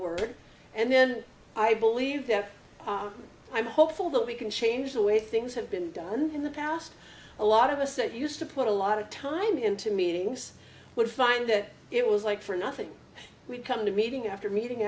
word and then i believe that i'm hopeful that we can change the way things have been done in the past a lot of us that used to put a lot of time into meetings would find that it was like for nothing we come to meeting after meeting